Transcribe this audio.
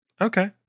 Okay